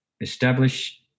establish